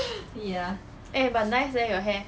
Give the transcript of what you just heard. eh but nice leh your hair